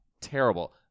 terrible